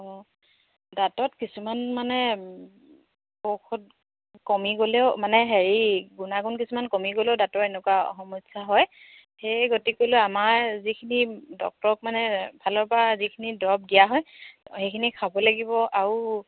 অঁ দাঁতত কিছুমান মানে ঔষধ কমি গ'লেও মানে হেৰি গুণাগুণ কিছুমান কমি গ'লেও দাঁতৰ এনেকুৱা সমস্যা হয় সেয়ে গতিকেলৈ আমাৰ যিখিনি ডক্তৰক মানে ফালৰপৰা যিখিনি দৰব দিয়া হয় সেইখিনি খাব লাগিব আৰু